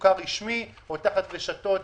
המוכר הרשמי, או תחת רשתות